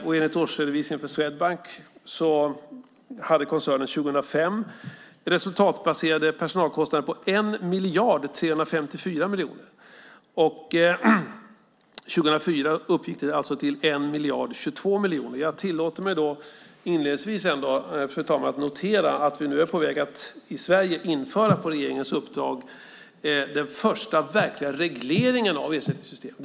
Och enligt årsredovisningen för Swedbank hade koncernen 2005 resultatbaserade personalkostnader på 1 354 000 000. År 2004 uppgick de till 1 22 000 000. Jag tillåter mig inledningsvis, fru talman, att notera att vi nu är på väg att i Sverige införa, på regeringens uppdrag, den första verkliga regleringen av ersättningssystemen.